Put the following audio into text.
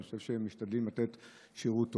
אני חושב שהם משתדלים לתת שירות טוב.